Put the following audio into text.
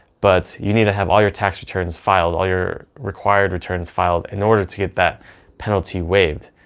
but you need to have all your tax returns filed, all your required returns filed in order to get that penalty waived.